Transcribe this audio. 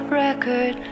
record